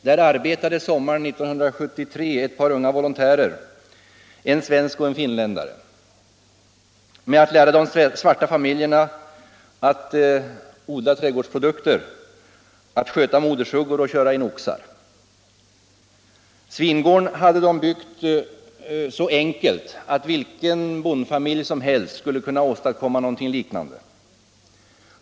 Där arbetade sommaren 1973 ett par unga volontärer — en svensk och en finländare — med att lära de svarta familjerna att odla trädgårdsprodukter, att sköta mo dersuggor och köra in oxar. Svingården hade de byggt så enkelt att vilken bondfamilj som helst skulle kunna åstadkomma något liknande.